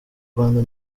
rwanda